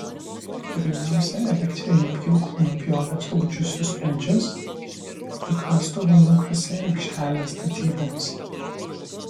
pirmiausia elektriniu pjūklu nupjovė trukdžiusius medžius ir kastuvu nukasė aikštelę statyboms